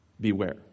Beware